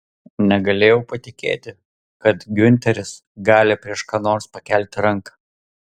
negalėjau patikėti kad giunteris gali prieš ką nors pakelti ranką